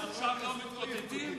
ועכשיו לא מתקוטטים?